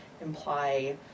imply